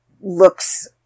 looks